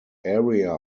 area